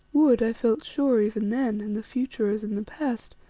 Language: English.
would, i felt sure even then, in the future as in the past,